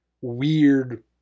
weird